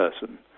person